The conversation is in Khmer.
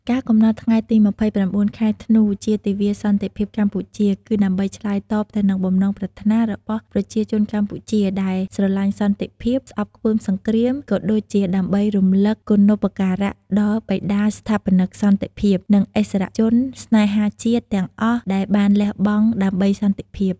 ការកំណត់ថ្ងៃទី ២៩ ខែធ្នូ ជាទិវាសន្តិភាពកម្ពុជា គឺដើម្បីឆ្លើយតបទៅនឹងបំណងប្រាថ្នារបស់ប្រជាជនកម្ពុជាដែលស្រឡាញ់សន្តិភាព ស្អប់ខ្ពើមសង្គ្រាម ក៏ដូចជាដើម្បីរំលឹកគុណូបការៈដល់បិតាស្ថាបនិកសន្តិភាព និងឥស្សរជនស្នេហាជាតិ ទាំងអស់ដែលបានលះបង់ដើម្បីសន្តិភាព។